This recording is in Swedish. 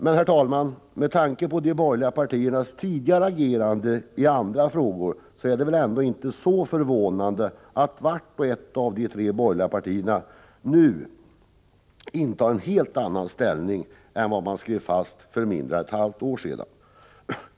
Men, herr talman, med tanke på de borgerliga partiernas tidigare agerande i andra frågor är det väl ändå inte så förvånande att vart och ett av de tre borgerliga partierna nu intar en helt annan ställning än den man lade fast för mindre än ett halvt år sedan.